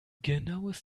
genaues